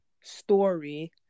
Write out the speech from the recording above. story